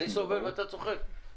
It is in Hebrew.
אני סובל ואתה צוחק?